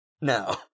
no